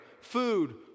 food